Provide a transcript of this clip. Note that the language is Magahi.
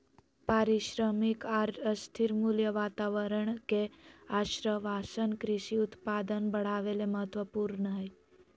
पारिश्रमिक आर स्थिर मूल्य वातावरण के आश्वाशन कृषि उत्पादन बढ़ावे ले महत्वपूर्ण हई